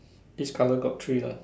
this colour got three lah